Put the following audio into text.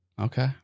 okay